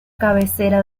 cabecera